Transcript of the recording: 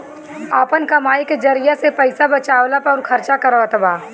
आपन कमाई के जरिआ से पईसा बचावेला अउर खर्चा करतबा